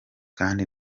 kandi